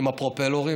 עם הפרופלור.